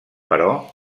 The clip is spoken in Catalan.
però